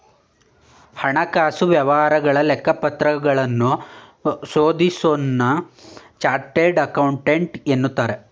ಹಣಕಾಸು ವ್ಯವಹಾರಗಳ ಲೆಕ್ಕಪತ್ರಗಳನ್ನು ಶೋಧಿಸೋನ್ನ ಚಾರ್ಟೆಡ್ ಅಕೌಂಟೆಂಟ್ ಎನ್ನುತ್ತಾರೆ